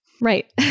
Right